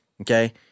okay